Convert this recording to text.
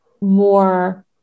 more